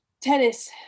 tennis